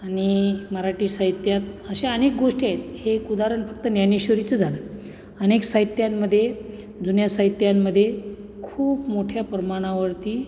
आणि मराठी साहित्यात अशा अनेक गोष्टी आहेत हे एक उदाहरण फक्त ज्ञानेश्वरीचं झालं अनेक साहित्यांमध्ये जुन्या साहित्यांमध्ये खूप मोठ्या प्रमाणावरती